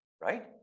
right